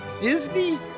Disney